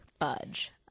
fudge